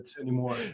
anymore